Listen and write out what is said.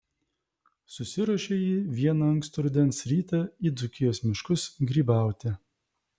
susiruošė ji vieną ankstyvą rudens rytą į dzūkijos miškus grybauti